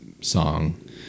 song